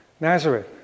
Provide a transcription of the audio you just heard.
Nazareth